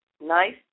Nice